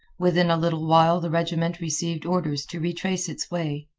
within a little while the regiment received orders to retrace its way.